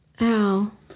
Al